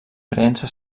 creença